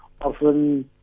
often